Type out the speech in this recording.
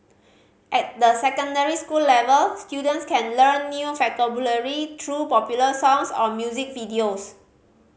at the secondary school level students can learn new vocabulary through popular songs or music videos